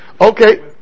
Okay